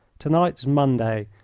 to-night is monday.